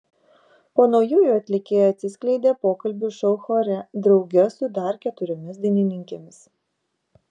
po naujųjų atlikėja atsiskleidė pokalbių šou chore drauge su dar keturiomis dainininkėmis